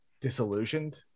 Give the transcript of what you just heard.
disillusioned